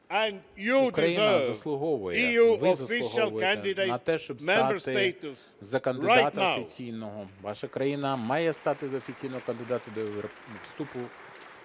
Україна заслуговує, ви заслуговуєте на те, щоб стати за кандидата офіційного, ваша країна має стати офіційним кандидатом до вступу